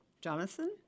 Jonathan